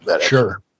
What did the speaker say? Sure